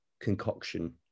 concoction